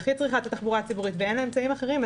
הכי צריכה את החבורה הציבורית ואין לה אמצעים אחרים,